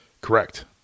Correct